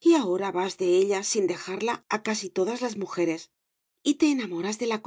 y ahora vas de ella sin dejarla a casi todas las mujeres y te enamoras de la